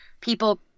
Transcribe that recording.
people